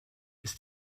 ist